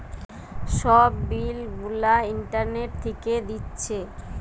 সব বিল গুলা ইন্টারনেট থিকে দিচ্ছে